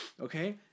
Okay